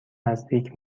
نزدیک